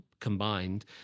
combined